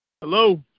hello